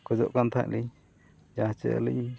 ᱠᱷᱚᱡᱚᱜ ᱠᱟᱱ ᱛᱟᱦᱮᱸᱫ ᱟᱞᱤᱧ ᱡᱟᱦᱟᱸ ᱪᱮ ᱟᱞᱤᱧ